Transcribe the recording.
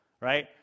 right